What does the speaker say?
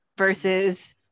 versus